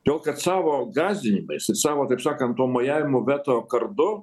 to kad savo gasdinimais jis savo taip sakant tuo mojavimu veto kardu